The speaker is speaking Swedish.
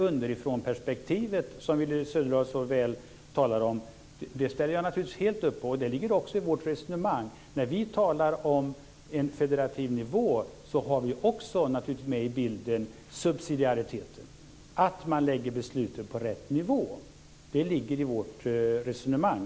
Underifrånperspektivet som Willy Söderdahl så väl talar om ställer jag helt upp på. Det finns också med i vårt resonemang. När vi talar om en federativ nivå har vi också med i bilden subsidiariteten, nämligen att lägga besluten på rätt nivå. Det ligger i vårt resonemang.